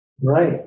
Right